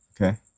okay